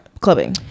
clubbing